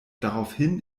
daraufhin